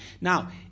now